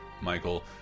Michael